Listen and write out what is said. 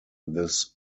this